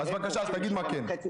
אז בבקשה, תגיד מה כן.